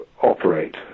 operate